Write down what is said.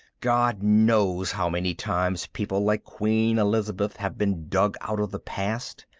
god knows how many times people like queen elizabeth have been dug out of the past,